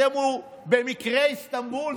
השם הוא במקרה איסטנבול,